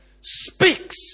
speaks